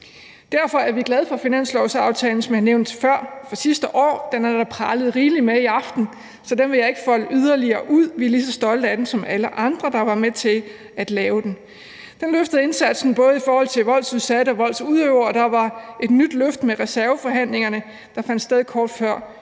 før, glade for finanslovsaftalen fra sidste år. Den er der pralet rigeligt med i aften, så det vil jeg ikke folde yderligere ud. Vi er lige så stolte af den som alle andre, der var med til at lave den. Den løftede indsatsen både i forhold til voldsudsatte og voldsudøvere, og der var et nyt løft med forhandlingerne om reserven, der fandt sted kort før